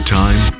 time